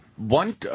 One